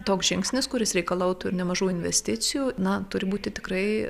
toks žingsnis kuris reikalautų ir nemažų investicijų na turi būti tikrai